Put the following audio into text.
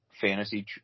fantasy